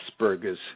Asperger's